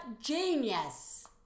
genius